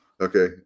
Okay